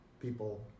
people